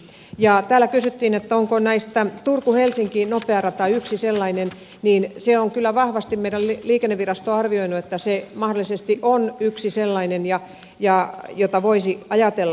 kun täällä kysyttiin onko turkuhelsinki nopea rata yksi näistä niin sen meidän liikennevirasto on kyllä vahvasti arvioinut että se mahdollisesti on yksi sellainen jota voisi ajatella sinne